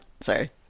sorry